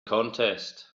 contest